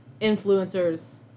influencers